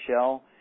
shell